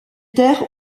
terres